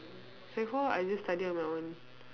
sec four I just study on my own